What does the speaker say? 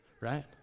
right